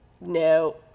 no